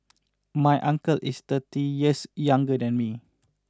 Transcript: my uncle is thirty years younger than me